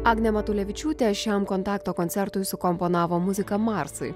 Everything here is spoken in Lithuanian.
agnė matulevičiūtė šiam kontakto koncertui sukomponavo muziką marsui